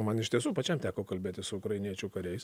man iš tiesų pačiam teko kalbėtis su ukrainiečių kariais